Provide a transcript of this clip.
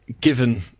given